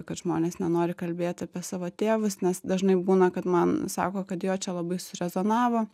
kad žmonės nenori kalbėti apie savo tėvus nes dažnai būna kad man sako kad jo čia labai surezonavo